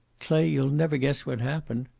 clay, you'll never guess what happened.